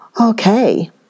Okay